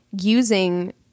using